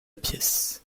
pièces